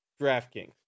DraftKings